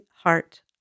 heart